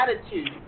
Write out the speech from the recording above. attitude